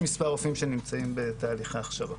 יש כבר מספר רופאים שנמצאים בתהליכי הכשרה.